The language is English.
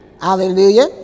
Hallelujah